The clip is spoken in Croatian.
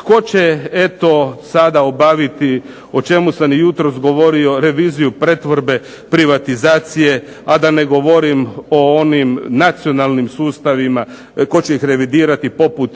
tko će eto sada obaviti o čemu sam i jutros govorio reviziju pretvorbe, privatizacije, a da ne govorim o onim nacionalnim sustavima tko će ih revidirati poput